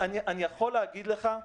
אני יכול להגיד לך,